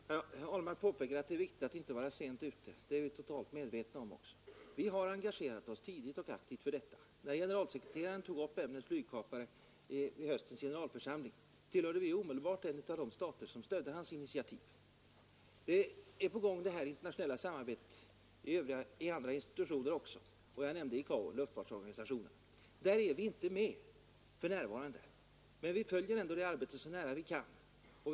Herr talman! Herr Ahlmark påpekade att det är viktigt att inte vara sent ute, och det är vi synnerligen medvetna om. Vi har engagerat oss tidigt och aktivt i den här frågan. När generalsekreteraren vid höstens generalförsamling i FN tog upp ämnet flygkapare var Sverige med bland de stater som omedelbart stödde hans initiativ. Samarbete pågår även inom andra internationella institutioner; jag har redan nämnt luftfarts men vi följer ändå dess arbete så nära vi kan. Så snart tillfälle ges kommer Tisdagen den organisationen ICAO.